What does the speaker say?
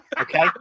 Okay